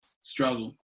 struggle